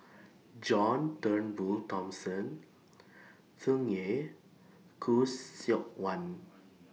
John Turnbull Thomson Tsung Yeh Khoo Seok Wan